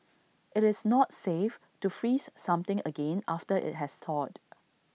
IT is not safe to freeze something again after IT has thawed